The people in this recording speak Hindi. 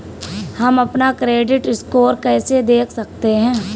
हम अपना क्रेडिट स्कोर कैसे देख सकते हैं?